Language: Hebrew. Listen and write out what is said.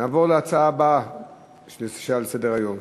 נעבור להצעה הבאה לסדר-היום,